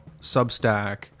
Substack